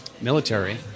military